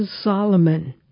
Solomon